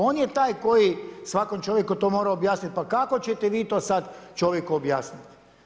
On je taj koji svakom čovjeku to mora objasnit, pa kako ćete vi to sada čovjeku objasniti?